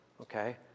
okay